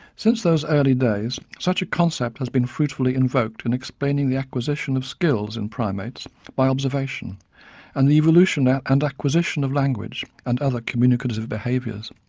since those early days such a concept has been fruitfully invoked in explaining the acquisition of skills in primates by observation and the evolution and acquisition of language and other communicative behaviours.